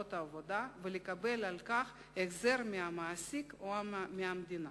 שעות העבודה ולקבל על כך החזר מהמעסיק או מהמדינה.